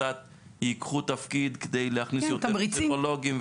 קצת ייקחו תפקיד כדי להכניס יותר פסיכולוגים.